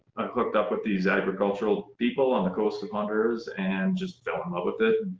hooked up with these agricultural people on the coast of honduras and just fell in love with it,